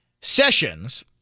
Sessions